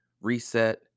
reset